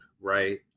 right